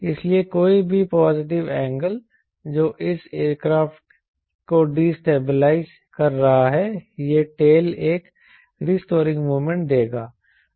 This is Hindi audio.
इसलिए कोई भी पॉजिटिव एंगल जो इस एयरक्राफ्ट को डीस्टेबलाइज़ कर रहा है यह टेल एक रीस्टोरिंग मोमेंट देगा